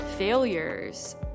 Failures